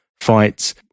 fights